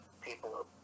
people